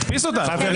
חברים.